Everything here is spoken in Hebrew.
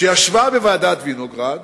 שישבה בוועדת-וינוגרד,